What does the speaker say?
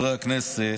חברי הכנסת,